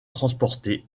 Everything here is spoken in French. transportées